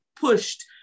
pushed